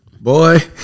Boy